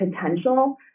potential